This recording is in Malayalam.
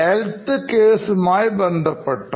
Health care കേസുമായി ബന്ധപ്പെട്ടാണ്